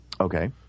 Okay